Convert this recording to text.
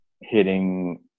hitting